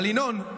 אבל ינון,